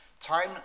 Time